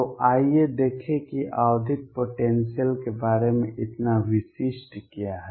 तो आइए देखें कि आवधिक पोटेंसियल के बारे में इतना विशिष्ट क्या है